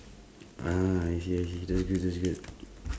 ah I see I see that's good that's good